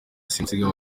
simusiga